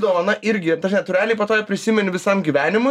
dovana irgi natūraliai po to ją prisimeni visam gyvenimui